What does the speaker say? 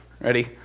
Ready